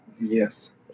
Yes